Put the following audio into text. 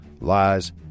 lies